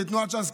כתנועת ש"ס,